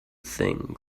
things